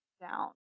down